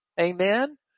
Amen